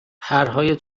پرهای